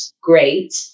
great